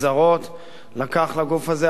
לקח לגוף הזה הרבה מאוד זמן,